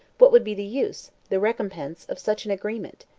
what would be the use, the recompense, of such an agreement?